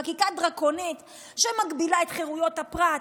זו חקיקה דרקונית שמגבילה את חירויות הפרט,